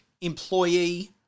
employee